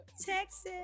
Texas